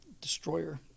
destroyer